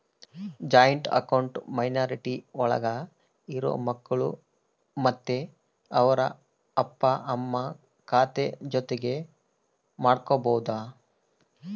joint account minority ಒಳಗ ಇರೋ ಮಕ್ಕಳು ಮತ್ತೆ ಅವ್ರ ಅಪ್ಪ ಅಮ್ಮ ಖಾತೆ ಜೊತೆ ಮಾಡ್ಬೋದು